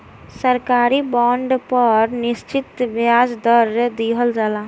सरकारी बॉन्ड पर निश्चित ब्याज दर दीहल जाला